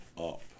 up